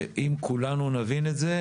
שאם כולנו נבין אותה,